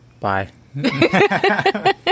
Bye